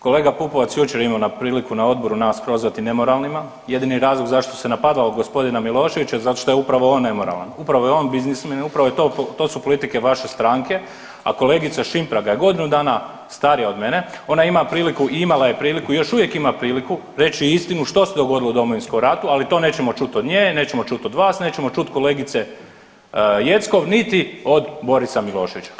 Kolega Pupovac jučer je imao priliku na odboru nas prozvati nemoralnima, jedini razlog zašto se napadalo g. Miloševića zato što je upravo on nemoralan upravo je on biznismen, upravo je to, to su politike vaše stranke, a kolegica Šimpraga je godinu dana starija od mene, ona ima priliku i imala je priliku i još uvijek ima priliku reći istinu što se dogodilo u Domovinskom ratu, ali to nećemo čuti od nje, nećemo čuti od vas, nećemo čuti od kolegice Jeckov niti od Borisa Miloševića.